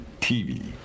TV